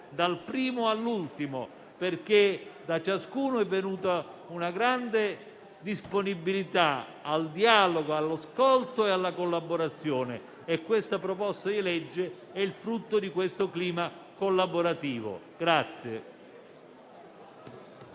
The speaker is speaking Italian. dal primo all'ultimo, perché da ciascuno è venuta una grande disponibilità al dialogo, all'ascolto e alla collaborazione, e questo disegno di legge è il frutto di questo clima collaborativo.